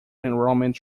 enrollment